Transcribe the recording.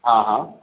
ہاں ہاں